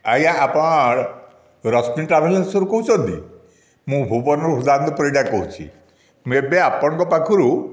ଆଜ୍ଞା ଆପଣ ରଶ୍ମି ଟ୍ରାଭେଲର୍ସରୁ କହୁଛନ୍ତି ମୁଁ ଭୁବନରୁ ହୃଦାନନ୍ଦ ପରିଡ଼ା କହୁଛି ମୁଁ ଏବେ ଆପଣଙ୍କ ପାଖରୁ